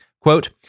Quote